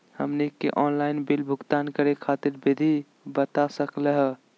हमनी के online bill भुगतान करे खातीर विधि बता सकलघ हो?